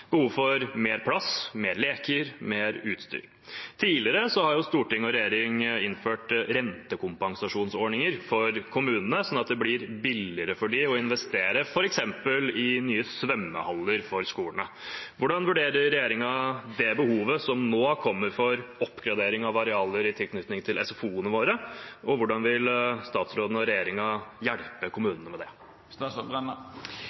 behov for mer plass, flere leker, mer utstyr. Tidligere har storting og regjering innført rentekompensasjonsordninger for kommunene, slik at det blir billigere for dem å investere i f.eks. nye svømmehaller for skolene. Hvordan vurderer regjeringen det behovet som nå kommer for oppgradering av arealer i tilknytning til SFO-ene våre, og hvordan vil statsråden og regjeringen hjelpe